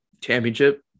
championship